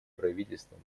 правительством